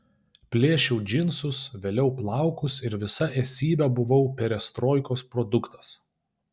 plėšiau džinsus vėliau plaukus ir visa esybe buvau perestroikos produktas